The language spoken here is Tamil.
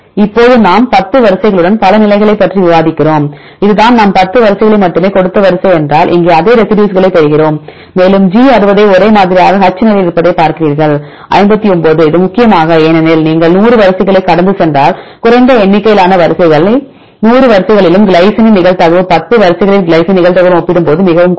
இப்போது நாம் 10 வரிசை களுடன் பல நிலைகளைப் பற்றி விவாதிக்கிறோம் இதுதான் நான் 10 வரிசை களை மட்டுமே கொடுத்த வரிசை என்றால் இங்கே அதே ரெசிடியூஸ்களைப் பெறுகிறோம் மேலும் G 60 ஐ ஒரே மாதிரியாகக் H நிலையில் இருப்பதைப் பார்க்கிறீர்கள் 59 இது முக்கியமாக ஏனெனில் நீங்கள் 100 வரிசை களைக் கடந்து சென்றால் குறைந்த எண்ணிக்கையிலான வரிசை கள் 100 வரிசை களிலும் கிளைசினின் நிகழ்தகவு 10 வரிசை களில் கிளைசின் நிகழ்தகவுடன் ஒப்பிடும்போது மிகக் குறைவு